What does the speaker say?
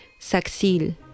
saxil